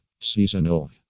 Seasonal